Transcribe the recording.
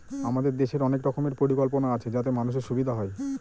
আমাদের দেশের অনেক রকমের পরিকল্পনা আছে যাতে মানুষের সুবিধা হয়